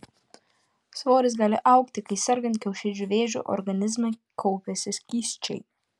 svoris gali augti kai sergant kiaušidžių vėžiu organizme kaupiasi skysčiai